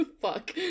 fuck